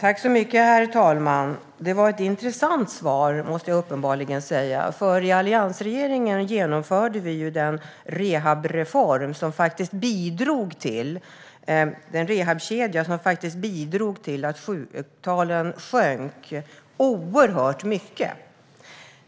Herr talman! Det var ett intressant svar. Alliansregeringen genomförde en rehabreform i form av en rehabkedja som bidrog till att sjuktalen sjönk oerhört mycket.